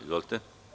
Izvolite.